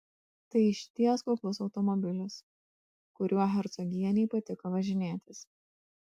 tai išties kuklus automobilis kuriuo hercogienei patiko važinėtis